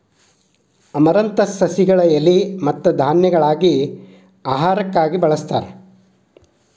amaranthus ಸಸಿಗಳ ಎಲಿ ಮತ್ತ ಧಾನ್ಯಗಳಾಗಿ ಆಹಾರಕ್ಕಾಗಿ ಬಳಸ್ತಾರ